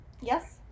Yes